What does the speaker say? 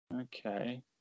Okay